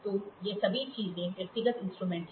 तो ये सभी चीजें व्यक्तिगत इंस्ट्रूमेंट हैं